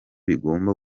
bigomba